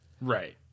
right